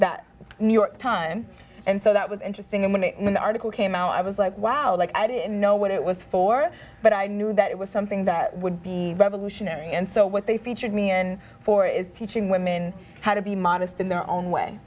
that new york time and so that was interesting and the article came out i was like wow like i didn't know what it was for but i knew that it was something that would be revolutionary and so what they featured me in for is teaching women how to be modest in their own way